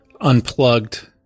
unplugged